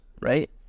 Right